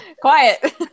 Quiet